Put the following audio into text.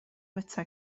fwyta